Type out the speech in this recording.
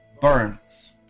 burns